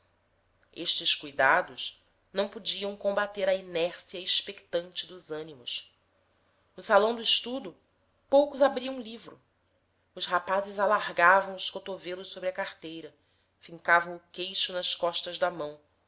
estes cuidados não podiam combater a inércia expectante dos ânimos no salão do estudo poucos abriam livro os rapazes alargavam os cotovelos sobre a carteira fincavam o queixo nas costas da mão